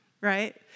right